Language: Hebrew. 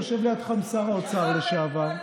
יושב לידכם שר האוצר לשעבר.